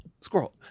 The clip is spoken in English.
squirrel